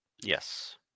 Yes